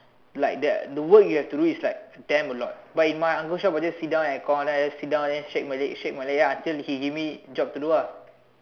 like the the work you have to do is like stamp a lot but in my uncle shop I just sit down at air con then I just sit down then shake my leg shake my leg ya until he give me job to do lah